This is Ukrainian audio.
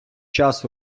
час